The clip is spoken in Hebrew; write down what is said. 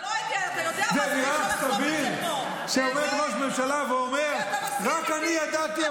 --- זה נראה לך סביר שעומד ראש ממשלה אומר: רק אני ידעתי,